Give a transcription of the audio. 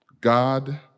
God